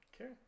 Okay